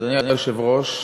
אדוני היושב-ראש,